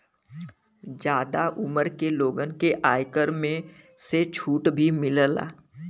जादा उमर के लोगन के आयकर में से छुट भी मिलला